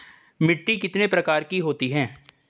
मिट्टी कितने प्रकार की होती हैं?